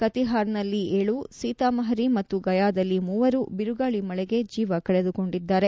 ಕತಿಹಾರ್ನಲ್ಲಿ ಏಳು ಹಾಗೂ ಸೀತಾಮಹರಿ ಮತ್ತು ಗಯಾದಲ್ಲಿ ಮೂವರು ಬಿರುಗಾಳಿ ಮಳೆಗೆ ಜೀವ ಕಳೆದುಕೊಂಡಿದ್ದಾರೆ